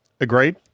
Agreed